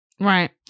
Right